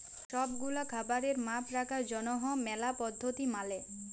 সব গুলা খাবারের মাপ রাখার জনহ ম্যালা পদ্ধতি মালে